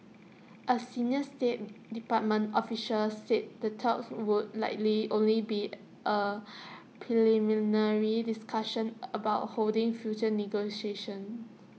A senior state department official said the talks would likely only be A preliminary discussion about holding future negotiations